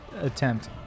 attempt